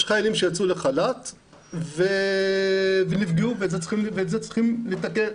יש חיילים שיצאו לחל"ת ונפגעו ואת זה צריכים לתקן.